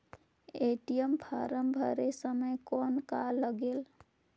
ATM form भरे समय कौन का लगेल?